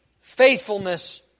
faithfulness